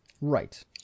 Right